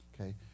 okay